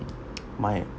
my